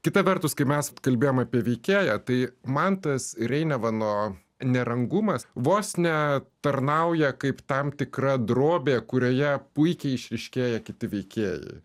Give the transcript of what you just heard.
kita vertus kai mes kalbėjom apie veikėją tai man tas reinevano nerangumas vos ne tarnauja kaip tam tikra drobė kurioje puikiai išryškėja kiti veikėjai